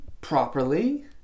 properly